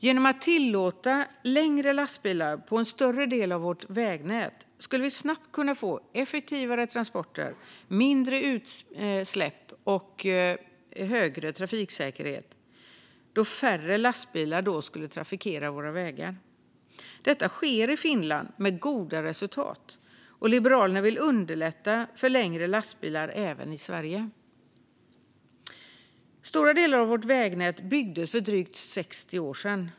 Genom att tillåta längre lastbilar på en större del av vårt vägnät skulle vi snabbt kunna få effektivare transporter, mindre utsläpp och högre trafiksäkerhet eftersom färre lastbilar då skulle trafikera våra vägar. Detta sker i Finland med goda resultat, och Liberalerna vill underlätta för längre lastbilar även i Sverige. Stora delar av vårt vägnät byggdes för drygt 60 år sedan.